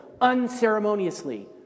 unceremoniously